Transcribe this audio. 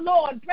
Lord